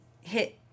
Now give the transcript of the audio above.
hit